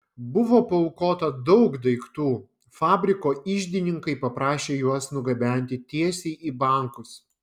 buvo paaukota daug daiktų fabriko iždininkai paprašė juos nugabenti tiesiai į bankus